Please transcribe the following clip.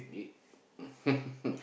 you